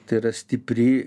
tai yra stipri